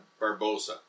Barbosa